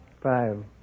Five